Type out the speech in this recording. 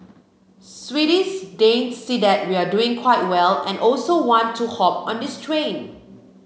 Swedes Danes see that we are doing quite well and also want to hop on this train